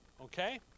okay